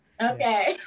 Okay